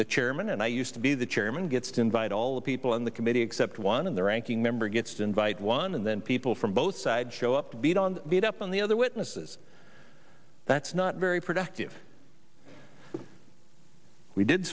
the chairman and i used to be the chairman gets to invite all the people on the committee except one of the ranking member gets invite one and then people from both sides show up beat on beat up on the other witnesses that's not very productive we did